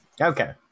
Okay